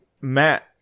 Matt